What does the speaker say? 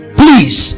please